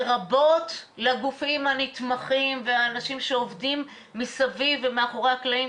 לרבות לגופים הנתמכים ולאנשים שעובדים מסביב ומאחורי הקלעים,